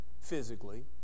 physically